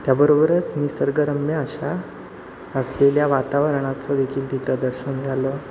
त्याबरोबरच निसर्गरम्य अशा असलेल्या वातावरणाचं देखील तिथं दर्शन झालं